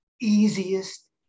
easiest